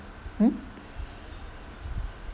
mm